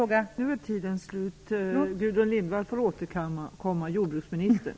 Herr talman! Jag har samma uppfattning som Gudrun Lindvall på den punkten.